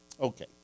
Okay